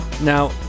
Now